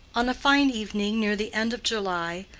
on a fine evening near the end of july,